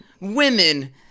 Women